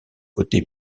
côté